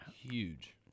huge